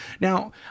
Now